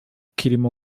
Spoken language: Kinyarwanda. ikirimo